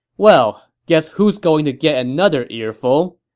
well, guess who's going to get another earful.